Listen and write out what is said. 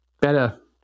better